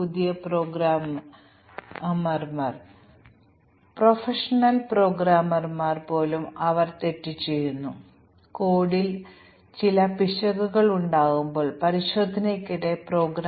തുടർന്ന് ഞങ്ങൾ ടെസ്റ്റ് കേസുകൾ പ്രവർത്തിപ്പിക്കുകയും ഞങ്ങൾ അവതരിപ്പിച്ച ഫോൾട്ട് ടെസ്റ്റ് കേസുകളിൽ പിടിക്കപ്പെട്ടിട്ടുണ്ടോ എന്ന് പരിശോധിക്കുകയും ചെയ്യുന്നു